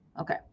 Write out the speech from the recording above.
Okay